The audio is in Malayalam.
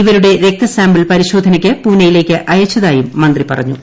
ഇവരുടെ രക്തസാമ്പിൾ പരിശോധനയ്ക്ക് പൂനെയിലേക്ക് അയച്ചതായും മന്ത്രി പറഞ്ഞു